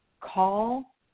Call